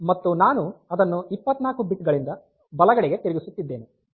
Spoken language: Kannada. ಮತ್ತು ನಾನು ಅದನ್ನು 24 ಬಿಟ್ ಗಳಿಂದ ಬಲಗಡೆಗೆ ತಿರುಗಿಸುತ್ತಿದ್ದೇನೆ